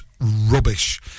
rubbish